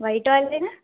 व्हाईटवाले ना